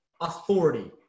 authority